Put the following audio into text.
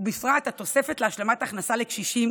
ובפרט התוספת להשלמת הכנסה לקשישים